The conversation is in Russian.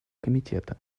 комитета